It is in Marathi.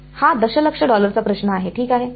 हा दशलक्ष डॉलर चा प्रश्न आहे ठीक आहे